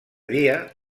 dia